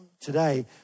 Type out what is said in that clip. today